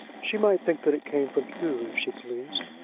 she might think that it came from hugh if she pleased.